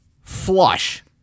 flush